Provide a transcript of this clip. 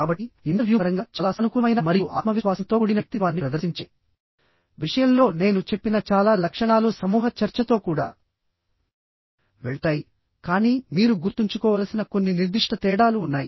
కాబట్టిఇంటర్వ్యూ పరంగా చాలా సానుకూలమైన మరియు ఆత్మవిశ్వాసంతో కూడిన వ్యక్తిత్వాన్ని ప్రదర్శించే విషయంలో నేను చెప్పిన చాలా లక్షణాలు సమూహ చర్చతో కూడా వెళ్తాయికానీ మీరు గుర్తుంచుకోవలసిన కొన్ని నిర్దిష్ట తేడాలు ఉన్నాయి